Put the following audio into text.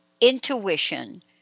intuition